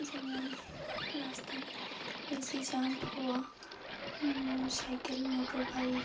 যেমন রাস্তায় বেশি জাম্প হওয়া সাইকেল মোটরবাইক